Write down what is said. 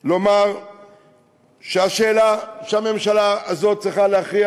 לומר שהשאלה שהממשלה הזאת צריכה להכריע